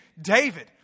David